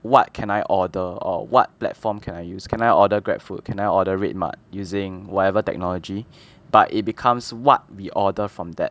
what can I order or what platform can I use can I order Grab food can I order Red mart using whatever technology but it becomes what we order from that